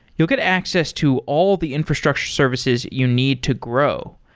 you'll get access to all the infrastructure services you need to grow.